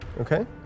Okay